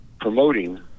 promoting